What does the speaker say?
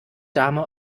dame